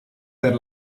per